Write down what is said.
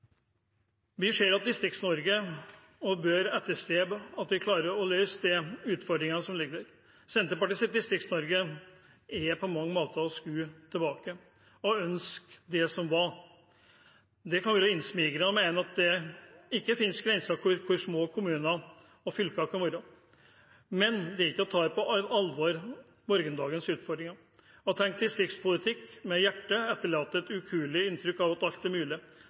Vi ser at Distrikts-Norge også bør etterstrebe å klare å løse de utfordringene som ligger der. Senterpartiets Distrikts-Norge er på mange måter å skue tilbake og ønske det som var. Det kan være innsmigrende å mene at det ikke finnes grenser for hvor små kommuner og fylker kan være, men det er ikke å ta morgendagens utfordringer på alvor. Å tenke distriktspolitikk med hjertet etterlater et ukuelig inntrykk av at alt er mulig